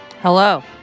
Hello